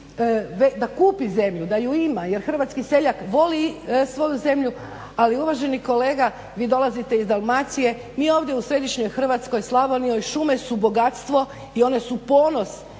da kupi zemlju da je ima. Jer hrvatski seljak voli svoju zemlju, ali uvaženi kolega vi dolazite iz Dalmacije, mi ovdje u središnjoj Hrvatskoj i Slavoniji šume su bogatstvo i one su ponos